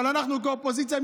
אבל אנחנו כאופוזיציה,